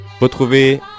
Retrouvez